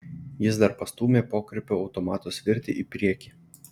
jis dar pastūmė pokrypio automato svirtį į priekį